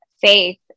faith